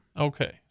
Okay